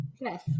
yes